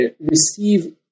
receive